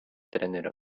trenerio